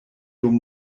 dum